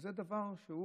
וזה דבר שהוא